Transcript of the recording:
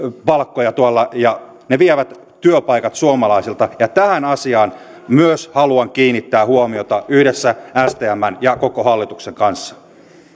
palkkoja tuolla ja he vievät työpaikat suomalaisilta myös tähän asiaan haluan kiinnittää huomiota yhdessä stmn ja koko hallituksen kanssa